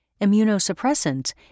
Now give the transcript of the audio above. immunosuppressants